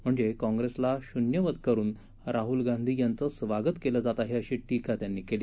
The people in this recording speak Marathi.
म्हणजे काँग्रेसला शून्यवत करुन राहूल गांधी यांचं स्वागत केलं जात आहे अशी टीका त्यांनी केली